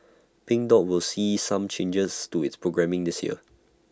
pink dot will see some changes to its programming this year